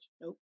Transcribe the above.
Nope